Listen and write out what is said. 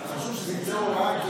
אז חשוב שתצא הוראה,